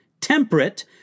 temperate